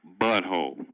butthole